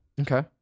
Okay